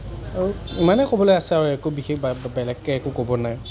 আৰু ইমানে ক'বলৈ আছে আৰু একো বিশেষ বেলেগকৈ আৰু একো ক'ব নাই